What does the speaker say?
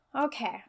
okay